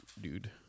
dude